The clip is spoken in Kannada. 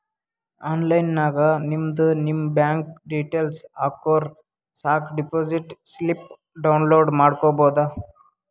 ಆನ್ಲೈನ್ ನಾಗ್ ನಿಮ್ದು ನಿಮ್ ಬ್ಯಾಂಕ್ ಡೀಟೇಲ್ಸ್ ಹಾಕುರ್ ಸಾಕ್ ಡೆಪೋಸಿಟ್ ಸ್ಲಿಪ್ ಡೌನ್ಲೋಡ್ ಮಾಡ್ಕೋಬೋದು